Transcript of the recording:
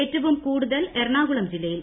ഏറ്റവും കൂടുതൽ ഏറ്റണാകുളം ജില്ലയിൽ